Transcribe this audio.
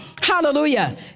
Hallelujah